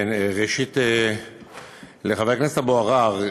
ראשית, לחבר הכנסת אבו עראר,